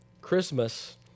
Christmas